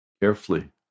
carefully